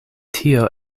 tio